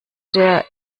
der